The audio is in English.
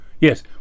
Yes